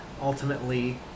ultimately